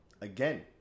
again